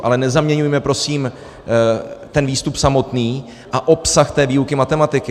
Ale nezaměňujme prosím ten výstup samotný a obsah výuky matematiky.